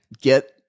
get